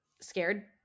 scared